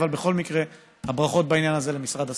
אבל בכל מקרה, הברכות בעניין הזה למשרד הספורט.